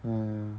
mm